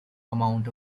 amount